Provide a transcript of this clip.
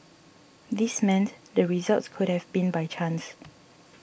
this meant the results could have been by chance